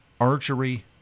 Archery